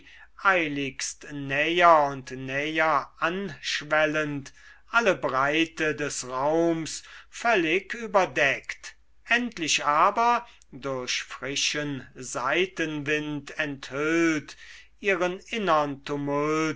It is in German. eiligst näher und näher anschwellend alle breite des raums völlig überdeckt endlich aber durch frischen seitenwind enthüllt ihren innern tumult